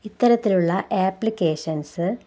ഇത്തരത്തിലുള്ള ആപ്ലിക്കേഷൻസ്